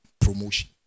promotion